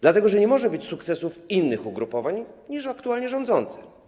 Dlatego że nie może być sukcesów innych ugrupowań niż aktualnie rządzące ugrupowanie.